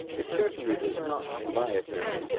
it certainly does not, in my opinion,